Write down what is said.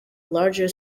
larger